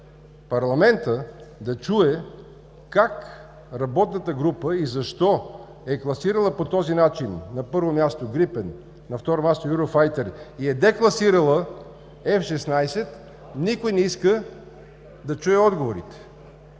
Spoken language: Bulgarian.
парламента да чуе как и защо работната група е класирала по този начин на първо място „Грипен“, на второ място „Юрофайтер“ и е декласирала „Ф-16“, никой не иска да чуе отговорите.